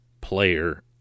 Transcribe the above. player